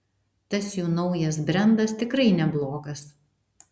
tas jų naujas brendas tikrai neblogas